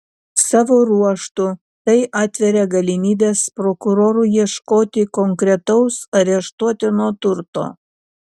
savo ruožtu tai atveria galimybes prokurorui ieškoti konkretaus areštuotino turto